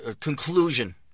conclusion